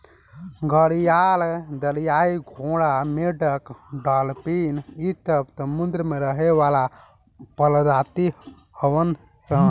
घड़ियाल, दरियाई घोड़ा, मेंढक डालफिन इ सब समुंद्र में रहे वाला प्रजाति हवन सन